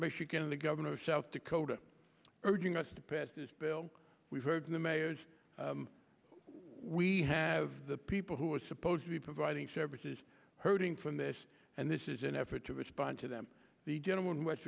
michigan the governor of south dakota urging us to pass this bill we heard in the mayors we have the people who are supposed to be providing services hurting from this and this is an effort to respond to them the gentleman west